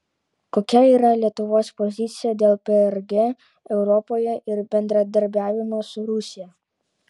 kokia yra lietuvos pozicija dėl prg europoje ir bendradarbiavimo su rusija